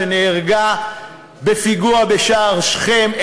שנהרגה בפיגוע בשער שכם,